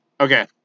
Okay